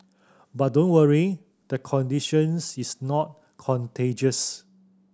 but don't worry the conditions is not contagious